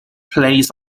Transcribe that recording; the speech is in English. plays